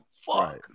Fuck